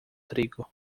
trigo